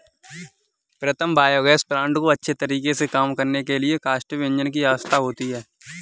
प्रीतम biogas plant को अच्छे तरीके से काम करने के लिए कंबस्टिव इंजन की आवश्यकता होती है